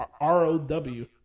R-O-W